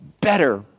better